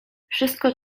wszystko